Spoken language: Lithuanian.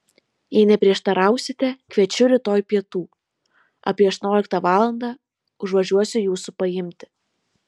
jei neprieštarausite kviečiu rytoj pietų apie aštuonioliktą valandą užvažiuosiu jūsų paimti